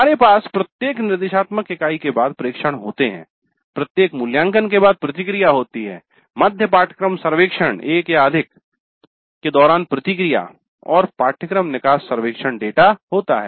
हमारे पास प्रत्येक निर्देशात्मक इकाई के बाद प्रेक्षण होते है प्रत्येक मूल्यांकन के बाद प्रतिक्रिया होती है मध्य पाठ्यक्रम सर्वेक्षण एक या अधिक के दौरान प्रतिक्रिया और पाठ्यक्रम निकास सर्वेक्षण डेटा होता है